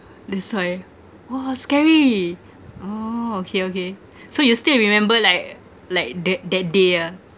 that's why !wah! scary oh okay okay so you still remember like like that that day ah